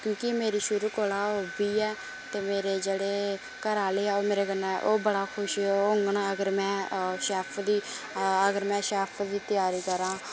क्योंकि मेरी शुरु कोला हाॅबी ऐ मेरे जेहडे़ घरा आहले ऐ ओह् मेरे कन्नै ओह् बडे़ खुश होङन अगर में शैफ दी अगर में शैफ दी त्यारी करां